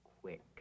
quick